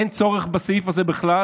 אין צורך בסעיף הזה בכלל,